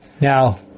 Now